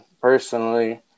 personally